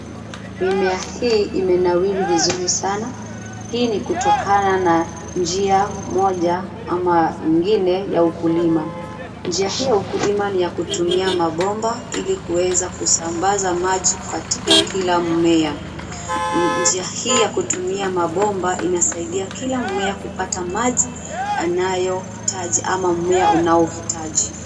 Mimea hii imenawiri vizuri sana, hii ni kutokana na njia moja ama ingine ya ukulima. Njia hii ya ukulima ni ya kutumia mabomba ili kuweza kusambaza maji katika kila mmea. Njia hii ya kutumia mabomba inasaidia kila mmea kupata maji anayohitaji , ama mmea unaohitaji.